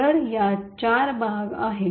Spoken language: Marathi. तर यात चार भाग आहेत